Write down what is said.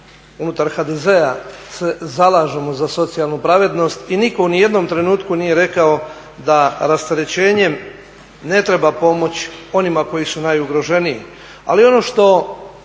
unutar HDZ-a se zalažemo za socijalnu pravednost i nitko u nijednom trenutku nije rekao da rasterećenjem ne treba pomoći onima koji su najugroženiji.